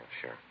sure